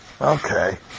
Okay